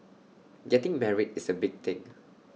getting married is A big thing